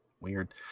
weird